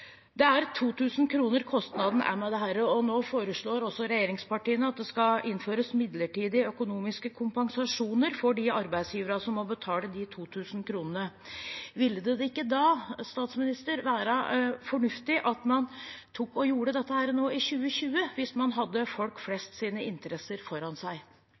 Kostnaden ved dette er 2 000 kr, og nå foreslår også regjeringspartiene at det skal innføres midlertidige økonomiske kompensasjoner for de arbeidsgiverne som må betale de 2 000 kr. Ville det ikke da være fornuftig at man gjorde dette nå, i 2021, hvis man hadde folk flest sine interesser foran seg?